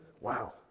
Wow